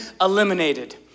eliminated